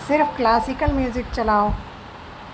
صرف classical music چلاؤ